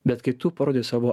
bet kai tu parodai savo